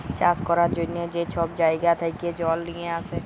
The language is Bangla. চাষ ক্যরার জ্যনহে যে ছব জাইগা থ্যাকে জল লিঁয়ে আসে